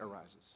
arises